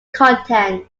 content